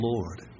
Lord